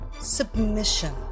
Submission